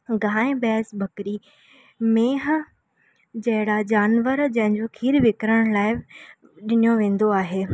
गांइ भैंस बकरी मेंहिं जहिड़ा जानवर जंहिं जो खीरु विकिणण लाइ ॾिनो वेंदो आहे